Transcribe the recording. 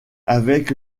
avec